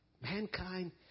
mankind